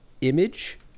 image